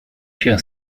się